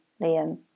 Liam